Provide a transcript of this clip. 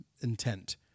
intent